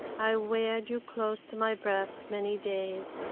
i weared you close to my breast many days.